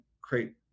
create